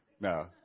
No